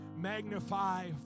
magnify